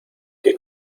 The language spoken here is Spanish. que